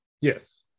Yes